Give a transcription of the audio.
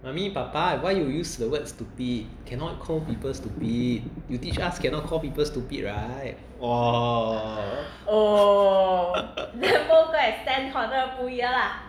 mummy 爸爸 why you use the word stupid cannot call people stupid you teach us cannot call people stupid right